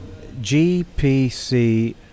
GPC